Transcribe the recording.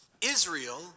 Israel